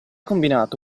combinato